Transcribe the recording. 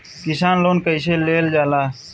किसान लोन कईसे लेल जाला?